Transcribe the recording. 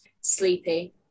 sleepy